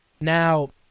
Now